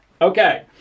Okay